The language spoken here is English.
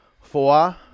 four